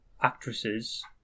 actresses